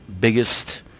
biggest